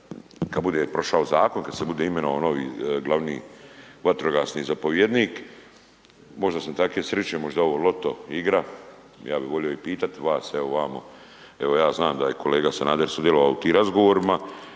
kad bude prošao zakon, kad se bude imenovao novi glavni vatrogasni zapovjednik, možda sam takve sriće, možda je ovo loto igra, ja bi volio i pitat vas, evo vamo, evo ja znam da je kolega Sanader sudjelovao u tim razgovorima,